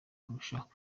kurushaho